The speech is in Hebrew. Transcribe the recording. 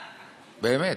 באמת,